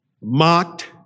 mocked